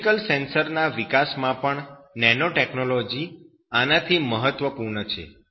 chemical sensor ના વિકાસમાં પણ નેનો ટેકનોલોજી આનાથી મહત્વપૂર્ણ છે